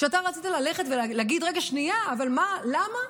כשאתה רצית ללכת ולהגיד: רגע, שנייה, אבל מה, למה,